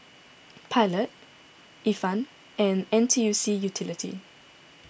Pilot Ifan and N T U C Unity